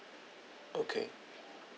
okay